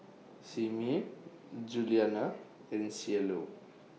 Simmie Juliana and Cielo